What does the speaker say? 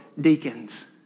deacons